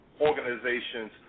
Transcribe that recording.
organizations